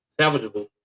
salvageable